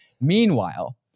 Meanwhile